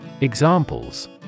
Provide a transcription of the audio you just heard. Examples